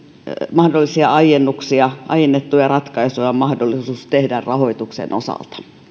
mahdollisia aiennuksia aiennettuja ratkaisuja on mahdollisuus tehdä rahoituksen osalta